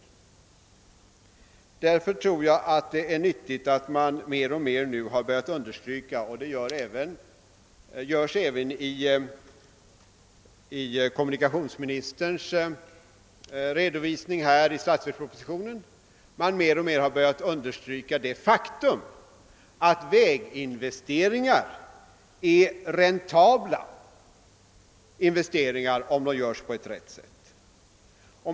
Därför tror jag att det är nyttigt att man nu mer och mer börjat understryka — det görs även i kommunikationsministerns redovisning i statsverkspropositionen — det faktum, att väginvesteringar är räntabla investeringar, om de görs på ett riktigt sätt.